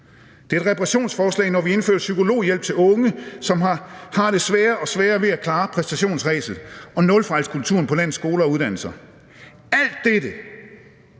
Det er et reparationsforslag, når vi indfører psykologhjælp til unge, som har det sværere og sværere ved at klare præstationsræset og nulfejlskulturen på landets skoler og uddannelser. Alt dette,